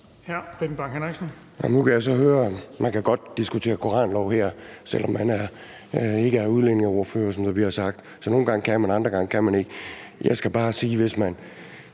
Preben Bang Henriksen (V): Nu kan jeg så høre, at man godt kan diskutere koranlov her, selv om man ikke er udlændingeordfører, som der bliver sagt. Så nogle gange kan man, og andre gange kan man ikke. Jeg skal bare sige, at hvis fru